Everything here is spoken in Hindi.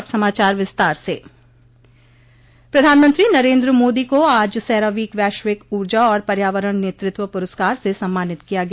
अब समाचार विस्तार से प्रधानमंत्री नरेन्द्र मोदी को आज सेरावीक वैश्विक ऊर्जा और पर्यावरण नेतृत्व पुरस्कार से सम्मानित किया गया